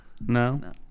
No